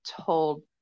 told